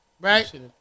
right